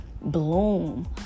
bloom